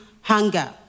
hunger